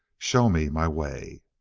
show me my way